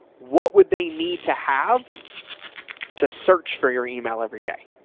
what would they need to have to search for your email every day?